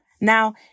Now